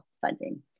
funding